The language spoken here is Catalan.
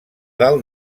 dalt